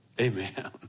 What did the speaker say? Amen